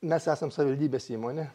mes esam savivaldybės įmonė